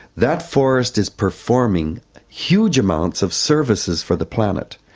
that forest is performing huge amounts of services for the planet.